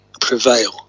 prevail